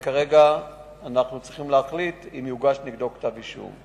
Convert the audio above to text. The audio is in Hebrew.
וכרגע אנחנו צריכים להחליט אם יוגש נגדו כתב אישום.